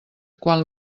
quan